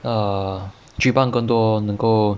err 举办更多能够